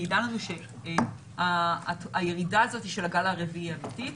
מעידה לנו שהירידה הזאת של הגל הרביעי היא אמיתית.